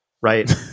right